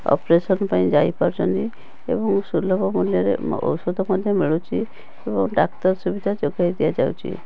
operation ପାଇଁ ଯାଇ ପାରୁଛନ୍ତି ଏବଂ ସୁଲଭ ମୂଲ୍ୟରେ ଔଷଧ ମଧ୍ୟ ମିଳୁଛି ଏବଂ ଡାକ୍ତର ସୁବିଧା ଯୋଗାଇ ଦିଆଯାଉଛି